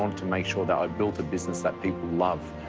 um to make sure that i built a business that people love,